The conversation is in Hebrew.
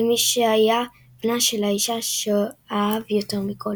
כמי שהיה בנה של האישה שאהב יותר מכול.